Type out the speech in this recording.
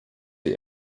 der